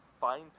fine